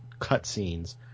cutscenes